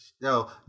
no